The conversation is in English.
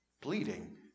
bleeding